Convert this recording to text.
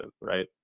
right